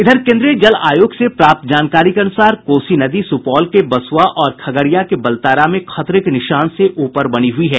इधर केन्द्रीय जल आयोग से प्राप्त जानकारी के अनुसार कोसी नदी सुपौल के बसुआ और खगड़िया के बलतारा में खतरे के निशान से उपर बना हुई है